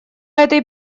этой